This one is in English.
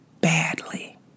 badly